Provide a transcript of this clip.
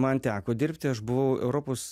man teko dirbti aš buvau europos